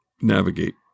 navigate